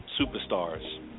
superstars